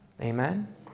Amen